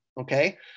okay